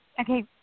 Okay